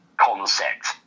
concept